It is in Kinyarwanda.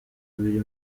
biri